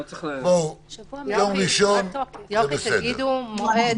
יום ראשון זה בסדר.